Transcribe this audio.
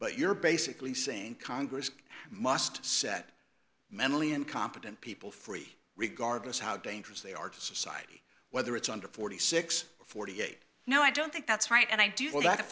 but you're basically saying congress must set mentally incompetent people free regardless how dangerous they are to society whether it's under forty six dollars or forty eight no i don't think that's right and i do feel that